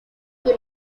que